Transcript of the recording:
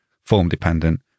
form-dependent